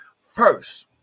first